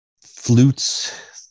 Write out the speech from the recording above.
flutes